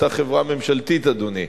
"חיפה כימיקלים" היתה חברה ממשלתית, אדוני.